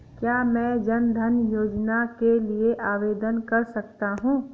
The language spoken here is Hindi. क्या मैं जन धन योजना के लिए आवेदन कर सकता हूँ?